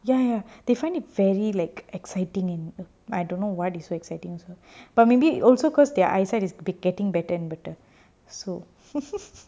ya ya ya they find it very like exciting and a I don't know why they so exciting also but maybe also beeause their eyesight is getting better and better so